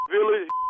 Village